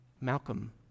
Malcolm